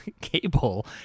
cable